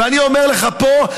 ואני אומר לך פה,